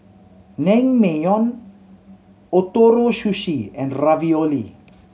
Naengmyeon Ootoro Sushi and Ravioli